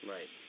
Right